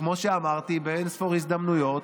וכמו שאמרתי באין-ספור הזדמנויות,